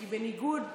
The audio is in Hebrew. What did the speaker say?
בניגוד לאופוזיציה,